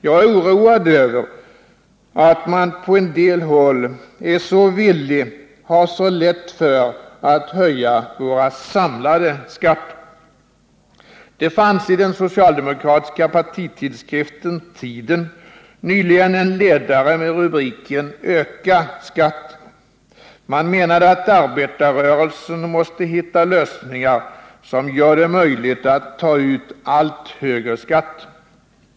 Jag är oroad över att man på en del håll är så villig, har så lätt för att höja våra samlade skatter. Det fanns i den socialdemokratiska tidskriften Tiden nyligen en ledare med rubriken Öka skatten. Man menade att arbetarrörelsen måste hitta lösningar som gör det möjligt att ta ut allt högre skatt.